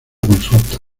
consulta